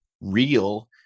real